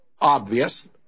obvious